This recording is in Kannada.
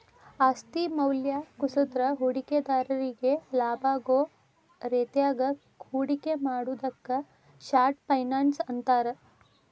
ಆಸ್ತಿ ಮೌಲ್ಯ ಕುಸದ್ರ ಹೂಡಿಕೆದಾರ್ರಿಗಿ ಲಾಭಾಗೋ ರೇತ್ಯಾಗ ಹೂಡಿಕೆ ಮಾಡುದಕ್ಕ ಶಾರ್ಟ್ ಫೈನಾನ್ಸ್ ಅಂತಾರ